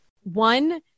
one